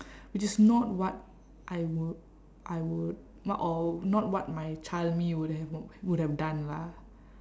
which is not what I would I would not all not what my child me would have w~ would have done lah